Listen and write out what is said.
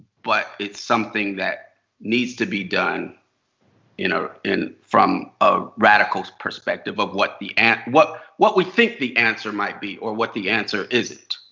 but it's something that needs to be done you know from a radical perspective. of what the and what what we think the answer might be. or what the answer isn't.